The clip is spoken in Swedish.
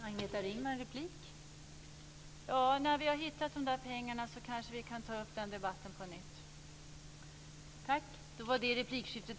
Fru talman! När vi har hittat de där pengarna kan vi kanske ta upp den debatten på nytt.